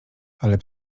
ale